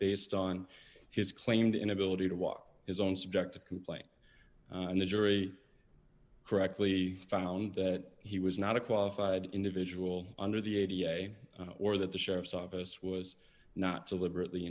based on his claimed inability to walk his own subjective complaint and the jury correctly found that he was not a qualified individual under the a da or that the sheriff's office was not deliberately